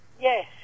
Yes